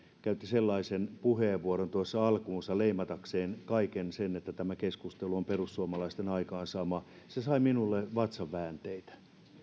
käytti puheenvuoron tuossa alkuunsa leimatakseen että tämä keskustelu on perussuomalaisten aikaansaama se sai minulle vatsanväänteitä